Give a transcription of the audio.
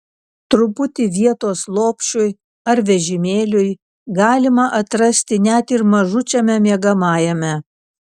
truputį vietos lopšiui ar vežimėliui galima atrasti net ir mažučiame miegamajame